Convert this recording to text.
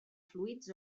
fluids